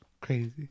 crazy